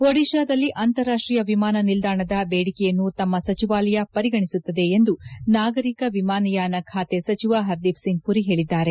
ಒಡಿಶಾದಲ್ಲಿ ಅಂತಾರಾಷ್ಟೀಯ ವಿಮಾನ ನಿಲ್ದಾಣದ ಬೇಡಿಕೆಯನ್ನು ತಮ್ಮ ಸಚಿವಾಲಯ ಪರಿಗಣಿಸುತ್ತಿದೆ ಎಂದು ನಾಗರಿಕ ವಿಮಾನಯಾನ ಖಾತೆ ಸಚಿವ ಹರ್ದೀಪ್ ಸಿಂಗ್ ಪುರಿ ಹೇಳಿದ್ದಾರೆ